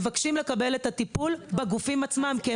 אגב, רובם מבקשים לקבל את הטיפול בגופים עצמם.